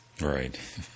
Right